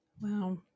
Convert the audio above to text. Wow